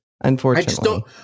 unfortunately